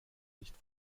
nicht